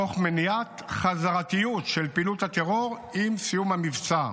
תוך מניעת חזרתיות של פעילות הטרור עם סיום המבצע.